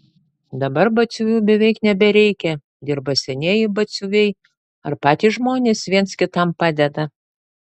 dabar batsiuvių beveik nebereikia dirba senieji batsiuviai ar patys žmonės viens kitam padeda